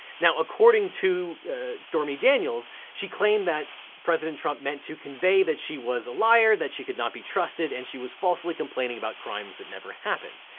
now according to stormy daniels, she claimed that president trump meant to convey that she was a liar, that she could not be trusted, and she was falsely complaining about crimes that never happened.